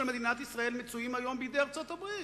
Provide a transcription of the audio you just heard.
מדינת ישראל מצויים היום בידי ארצות-הברית: